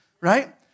right